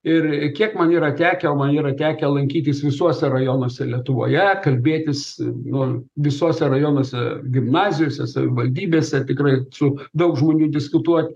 ir kiek man yra tekę o man yra tekę lankytis visuose rajonuose lietuvoje kalbėtis nu visuose rajonuose gimnazijose savivaldybėse tikrai su daug žmonių diskutuoti